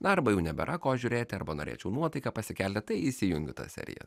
na arba jau nebėra ko žiūrėti arba norėčiau nuotaiką pasikelti tai įsijungiu tas serijas